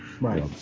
right